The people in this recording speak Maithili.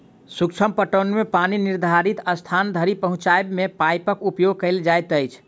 सूक्ष्म पटौनी मे पानि निर्धारित स्थान धरि पहुँचयबा मे पाइपक उपयोग कयल जाइत अछि